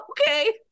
okay